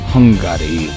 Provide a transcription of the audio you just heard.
Hungary